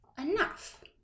enough